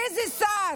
באיזה שר?